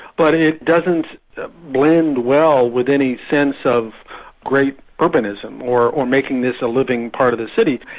but it doesn't blend well with any sense of great urbanism, or or making this a living part of the city,